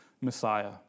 Messiah